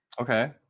okay